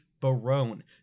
Barone